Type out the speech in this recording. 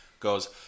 Goes